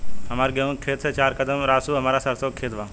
हमार गेहू के खेत से चार कदम रासु हमार सरसों के खेत बा